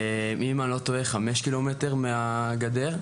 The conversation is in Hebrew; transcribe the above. אם אני לא טועה חמישה קילומטרים מהגדר.